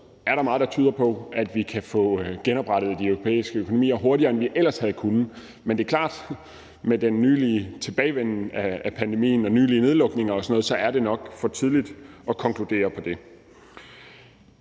også meget, der tyder på, at vi kan få genoprettet de europæiske økonomier hurtigere, end vi ellers havde kunnet. Men det er klart, at med den nylige tilbagevenden af pandemien og de nylige nedlukninger og sådan noget er det nok for tidligt at konkludere på det.